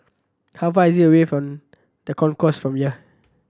how far is it away from The Concourse from here